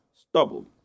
Stubble